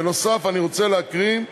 בנוסף, אני רוצה להקריא הודעה,